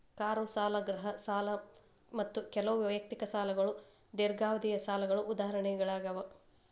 car ಸಾಲ ಗೃಹ ಸಾಲ ಮತ್ತ ಕೆಲವು ವೈಯಕ್ತಿಕ ಸಾಲಗಳು ದೇರ್ಘಾವಧಿಯ ಸಾಲಗಳ ಉದಾಹರಣೆಗಳಾಗ್ಯಾವ